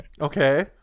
Okay